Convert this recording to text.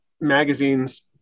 magazines